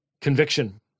conviction